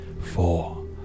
four